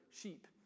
sheep